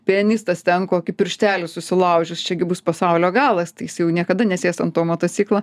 pianistas ten kokį pirštelį susilaužys čiagi bus pasaulio galas tai jis jau niekada nesės ant to motociklo